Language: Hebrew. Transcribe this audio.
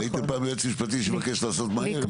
ראיתם פעם יועץ משפטי שמבקש שזה יהיה מהר?